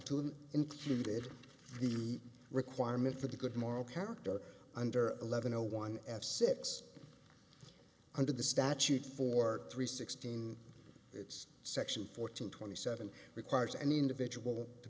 included the requirement for the good moral character under eleven zero one f six under the statute four three sixteen it's section fourteen twenty seven requires an individual to